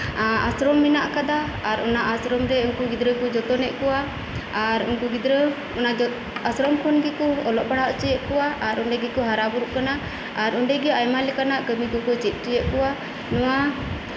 ᱟᱥᱨᱚᱢ ᱢᱮᱱᱟᱜ ᱠᱟᱫᱟ ᱟᱨ ᱚᱱᱟ ᱟᱥᱨᱚᱢᱨᱮ ᱜᱤᱫᱽᱨᱟᱹ ᱠᱚ ᱡᱚᱛᱚᱱᱮᱜ ᱠᱚᱣᱟ ᱟᱨ ᱩᱱᱠᱩ ᱜᱤᱫᱽᱨᱟᱹ ᱟᱥᱨᱚᱢ ᱠᱷᱚᱱ ᱜᱮᱠᱚ ᱚᱞᱚᱜ ᱯᱟᱲᱦᱟᱜ ᱦᱚᱪᱚᱭᱮᱫ ᱠᱚᱣᱟ ᱟᱨ ᱚᱱᱰᱮ ᱜᱮᱠᱚ ᱦᱟᱨᱟ ᱵᱩᱨᱩᱜ ᱠᱟᱱᱟ ᱟᱨ ᱚᱱᱰᱮᱜᱮ ᱟᱭᱢᱟ ᱞᱮᱠᱟᱱᱟᱜ ᱠᱟᱹᱢᱤ ᱠᱚᱠᱚ ᱪᱮᱫ ᱦᱚᱪᱚᱭᱮᱫ ᱠᱚᱣᱟ ᱱᱚᱣᱟ